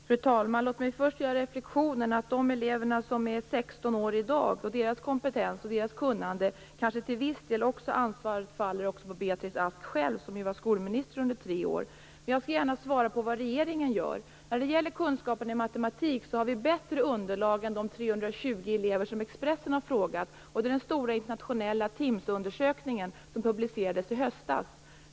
Fru talman! Låt mig först göra reflexionen att vad gäller kompetensen och kunnandet hos de elever som är 16 år i dag kanske ansvaret till viss del faller på Beatrice Ask själv, som ju var skolminister under tre år. Jag skall gärna svara på frågan vad regeringen gör. När det gäller kunskapen i matematik har vi bättre underlag än de 320 elever som Expressen har frågat genom en stor, internationell undersökning som publicerades i höstas.